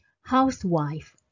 Housewife